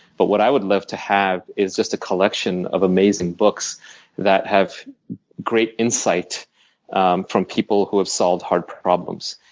but what i would love to have is just a collection of amazing books that have great insight um from people who have solved hard problems.